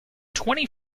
twenty